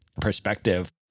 perspective